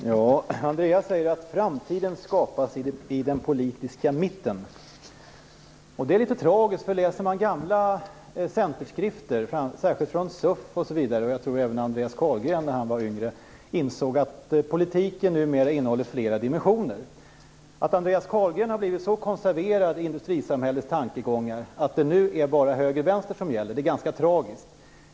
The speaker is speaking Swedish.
Fru talman! Andreas Carlgren säger att framtiden skapas i den politiska mitten. Det är bara att läsa gamla centerskrifter, särskilt från exempelvis CUF och från den tid då Andreas Carlgren var yngre. Jag tror att även han insåg att politiken innehåller fler dimensioner. Att Andreas Carlgren har blivit så konserverad i industrisamhällets tankegångar att det nu är bara höger-vänster som gäller är ganska tragiskt.